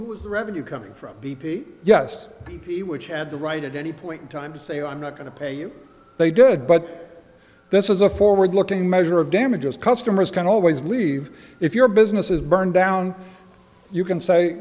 was the revenue coming from b p yes b p which had the right at any point in time to say i'm not going to pay you they did but this is a forward looking measure of damages customers can always leave if your business is burned down you can say